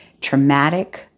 traumatic